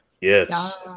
Yes